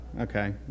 Okay